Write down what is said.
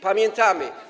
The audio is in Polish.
Pamiętamy.